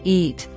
eat